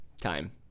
Time